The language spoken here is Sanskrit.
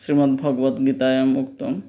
श्रीमद्भगवद्गीतायाम् उक्तम्